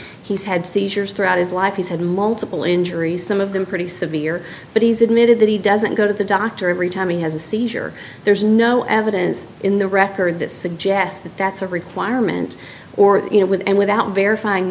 he's had seizures throughout his life he's had multiple injuries some of them pretty severe but he's admitted that he doesn't go to the doctor every time he has a seizure there's no evidence in the record this suggests that that's a requirement or you know with and without verifying